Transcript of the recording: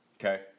Okay